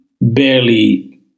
barely